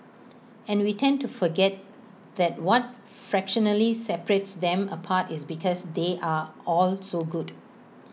and we tend to forget that what fractionally separates them apart is because they are all so good